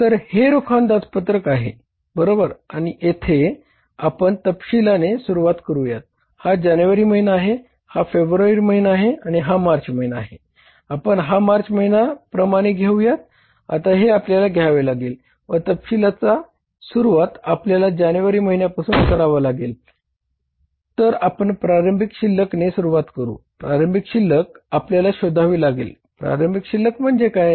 तर हे रोख अंदाजपत्रक आहे बरोबर आणि येथे आपण तपशिलाने सुरुवात करू प्रारंभिक शिल्लक आपल्याला शोधावी लागेल प्रारंभिक शिल्लक म्हणजे काय